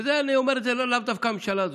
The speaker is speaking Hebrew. ולאו דווקא הממשלה הזו,